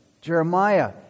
Jeremiah